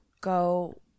go